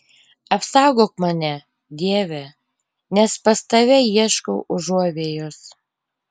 apsaugok mane dieve nes pas tave ieškau užuovėjos